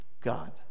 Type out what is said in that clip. God